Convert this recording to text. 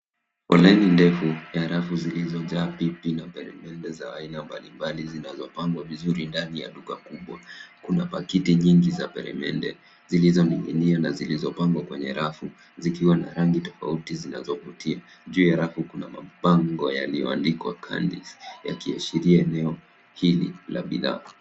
Foleni ndefu ya rafu zilizojaa pipi na peremende za aina mbalimbali zinazopangwa vizuri ndani ya duka kubwa. Kuna pakiti nyingi za peremende zilizoning'inia na zilizopangwa kwenye rafu, zikiwa na rangi tofauti zinazovutia. Juu ya rafu kuna mabango yaliyoandikwa candies yakiashiria eneo hili la bidhaa.